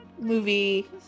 movie